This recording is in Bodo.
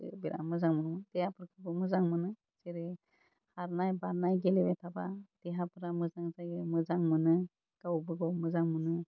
बिरात मोजां मोनोमोन देहाफोरखौबो मोजां मोनो जेरै खारनाय बारनाय गेलेनाय थाबा देहाफोरा मोजां जायो मोजां मोनो गावबो गाव मोजां मोनो